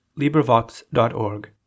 LibriVox.org